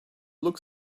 look